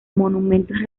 monumentos